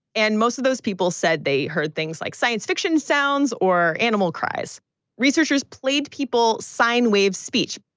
and most of those people said they heard things like science fiction sounds or animal cries researchers played people sign wave speech.